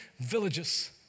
villages